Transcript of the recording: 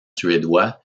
suédois